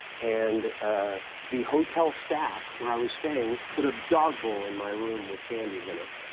and the hotel staff where i was staying put a dog bowl in my room with candies in it.